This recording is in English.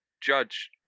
judge